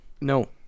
No